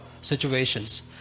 situations